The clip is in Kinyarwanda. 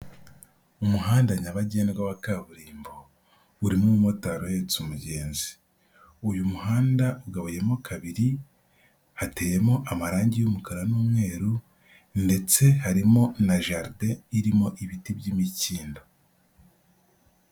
Mu muhanda nyabagendwa wa kaburimbo urimo umumotari uhetse umugenzi, uyu muhanda ugabuyemo kabiri, hateyemo amarangi y'umukara n'umweru ndetse harimo na jaride irimo ibiti by'imikindo.